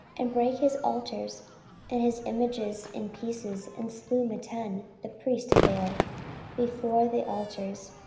and brake his altars and his images in pieces, and slew mattan the priest of baal before the altars.